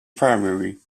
primary